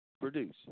produce